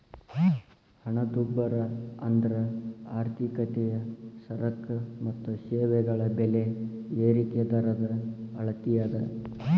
ಹಣದುಬ್ಬರ ಅಂದ್ರ ಆರ್ಥಿಕತೆಯ ಸರಕ ಮತ್ತ ಸೇವೆಗಳ ಬೆಲೆ ಏರಿಕಿ ದರದ ಅಳತಿ ಅದ